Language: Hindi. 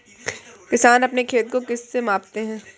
किसान अपने खेत को किससे मापते हैं?